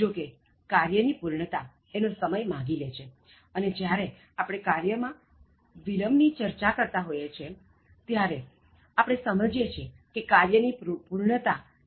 જો કે કાર્યની પૂર્ણતા એનો સમય માગી લે છે અને જ્યારે આપણે કાર્ય માં વિલંબ ની ચર્ચા કરીએ છીએ ત્યારે આપણે સમજીએ છીએ કે કાર્યની પૂર્ણતા પણ એનું એક કારણ હોઇ શકે